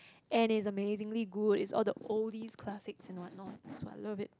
and it's amazingly good it's all the oldies classics and what not that's why I love it